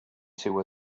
two